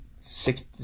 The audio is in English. six